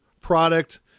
product